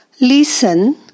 listen